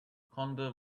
conda